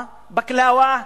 בקלאווה.